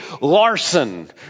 Larson